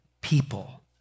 people